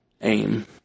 aim